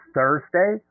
Thursday